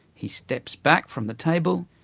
he steps back from the table,